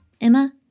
Emma